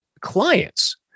clients